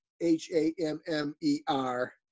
H-A-M-M-E-R